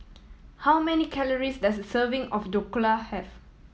how many calories does a serving of Dhokla have